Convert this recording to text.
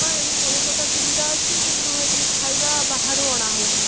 ହଁ ଏଠି ସବୁପ୍ରକାର ସୁବିଧା ଅଛି କିନ୍ତୁ ଏଠି ଖାଇବା ବାହାରୁ ଅଣାହେଉଛି